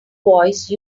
voice